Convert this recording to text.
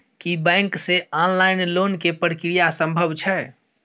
की bank से online loan के प्रक्रिया संभव छै?